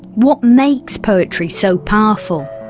what makes poetry so powerful?